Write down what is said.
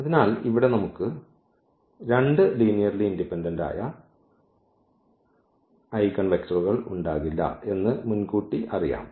അതിനാൽ ഇവിടെ നമുക്ക് രണ്ട് ലീനിയർലി ഇൻഡിപെൻഡന്റ് ആയ ഐഗൻവെക്റ്ററുകൾ ഉണ്ടാകില്ല എന്ന് മുൻകൂട്ടി അറിയാം